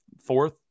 fourth